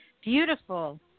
Beautiful